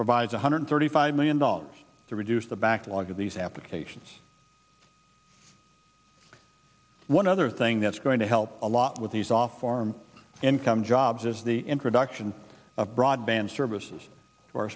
provides one hundred thirty five million dollars to reduce the backlog of these applications one other thing that's going to help a lot with these off farm income jobs is the introduction of broadband services for